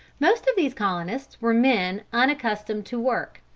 most of these colonists were men unaccustomed to work,